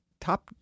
top